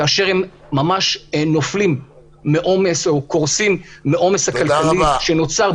כאשר הם ממש נופלים מעומס או קורסים מהעומס הכלכלי שנוצר,